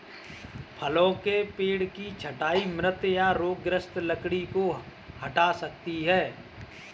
फलों के पेड़ की छंटाई मृत या रोगग्रस्त लकड़ी को हटा सकती है